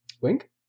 Wink